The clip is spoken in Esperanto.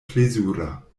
plezura